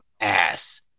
ass